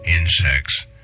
insects